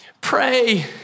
Pray